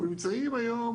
אנחנו נמצאים היום